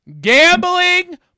gambling